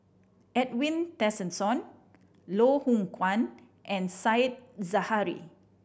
Edwin Tessensohn Loh Hoong Kwan and Said Zahari